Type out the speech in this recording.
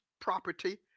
property